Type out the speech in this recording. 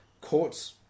court's